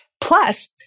Plus